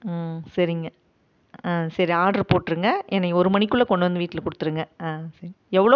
ம் சரிங்க ஆ சரி ஆர்ட்ரு போட்டிருங்க என்ன ஒரு மணிக்குள்ளே கொண்டு வந்து வீட்டில் கொடுத்துருங்க ஆ சரி எவ்வளோவு